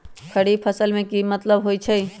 खरीफ फसल के की मतलब होइ छइ?